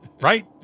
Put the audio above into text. Right